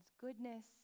goodness